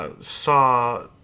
saw